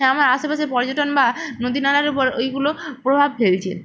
হ্যাঁ আমার আশেপাশে পর্যটন বা নদী নালার উপর ওইগুলো প্রভাব ফেলছে